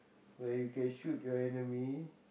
where you can shoot your enemy